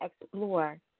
explore